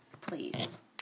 please